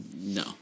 no